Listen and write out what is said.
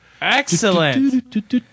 Excellent